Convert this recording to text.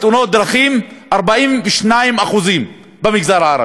ומעורבותם בתאונות דרכים היא 42%. צעירים.